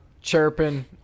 chirping